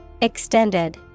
Extended